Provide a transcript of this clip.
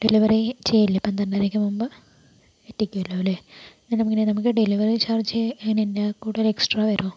delivery ചെയ്യില്ലേ പന്ത്രണ്ടരയ്ക്ക് മുമ്പ് എത്തിക്കുമല്ലോ അല്ലേ എങ്ങനെയാണ് ഡെലിവറി ചാർജ് എങ്ങനെയാണ് കൂടുതൽ എക്സ്ട്രാ വരുമോ